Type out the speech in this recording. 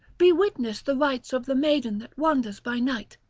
be witness the rites of the maiden that wanders by night,